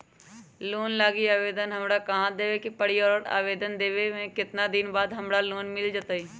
Loan लागी आवेदन हमरा कहां देवे के पड़ी और आवेदन देवे के केतना दिन बाद हमरा लोन मिल जतई?